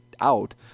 out